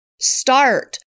start